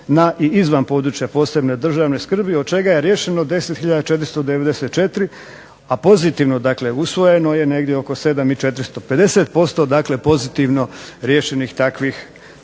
i izvan područja posebne državne skrbi od čega je riješeno 10494 a pozitivno dakle usvojeno je negdje oko 7 i 400. 50% dakle pozitivno riješenih takvih